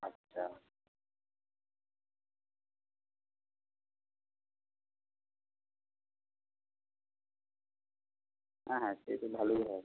আচ্ছা হ্যাঁ হ্যাঁ সে তো ভালোই হয়